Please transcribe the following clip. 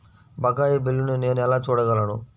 బకాయి బిల్లును నేను ఎలా చూడగలను?